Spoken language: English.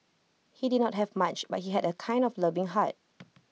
he did not have much but he had A kind and loving heart